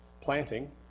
planting